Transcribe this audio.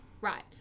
Right